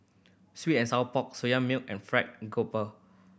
sweet and sour pork Soya Milk and Fried Garoupa